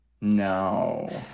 No